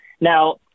Now